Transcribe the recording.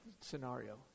scenario